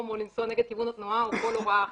או לנסוע נגד כיוון התנועה או כל הוראה אחרת.